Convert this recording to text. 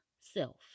self